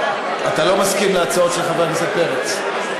אתה לא מסכים להצעות של חבר הכנסת פרץ?